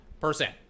percent